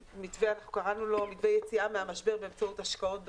קראנו לו מתווה יציאה מהמשבר באמצעות השקעות בסביבה.